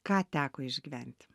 ką teko išgyventi